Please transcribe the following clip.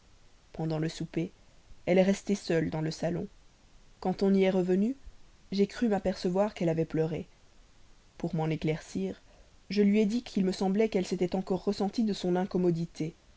pendant le souper elle est restée seule dans le salon quand on y est revenu j'ai cru m'apercevoir qu'elle avait pleuré pour m'en éclaircir je lui ai dit qu'il me semblait qu'elle s'était encore ressentie de son incommodité